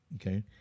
Okay